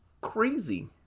crazy